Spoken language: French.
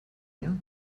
rien